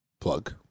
Plug